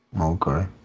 Okay